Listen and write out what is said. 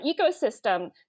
ecosystem